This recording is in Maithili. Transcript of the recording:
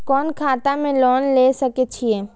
कोन खाता में लोन ले सके छिये?